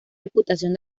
reputación